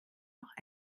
noch